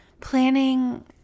planning